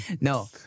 No